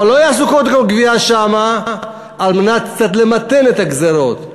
אבל לא יעשו כל גבייה שם על מנת קצת למתן את הגזירות.